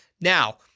Now